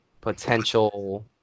potential